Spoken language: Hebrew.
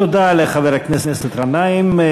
תודה לחבר הכנסת גנאים.